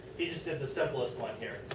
he just did the simplest one here.